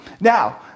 Now